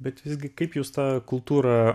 bet visgi kaip jūs tą kultūrą